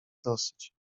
dosyć